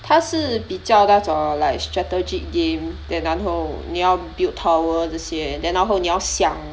他是比较那种 like strategic game then 然后你要 build tower 这些 then 然后你要想